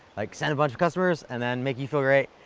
like send a bunch of customers, and then make you feel great,